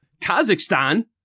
Kazakhstan